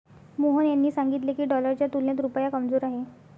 मोहन यांनी सांगितले की, डॉलरच्या तुलनेत रुपया कमजोर आहे